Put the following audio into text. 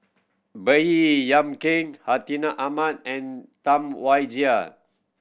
Baey Yam Keng Hartinah Ahmad and Tam Wai Jia